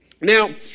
Now